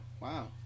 wow